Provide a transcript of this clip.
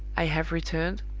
i have returned,